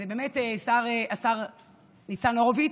השר ניצן הורוביץ,